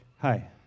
Hi